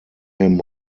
him